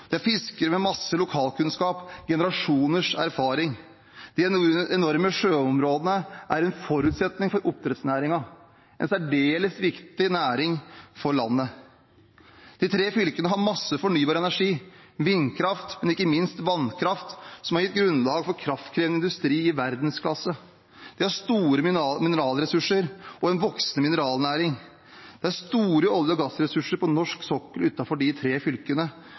Det er fiskere med masse lokalkunnskap og generasjoners erfaring. De enorme sjøområdene er en forutsetning for oppdrettsnæringen – en særdeles viktig næring for landet. De tre fylkene har masse fornybar energi – vindkraft, men ikke minst vannkraft – som har gitt grunnlag for kraftkrevende industri i verdensklasse. Vi har store mineralressurser og en voksende mineralnæring. Det er store olje- og gassressurser på norsk sokkel utenfor de tre fylkene,